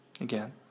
Again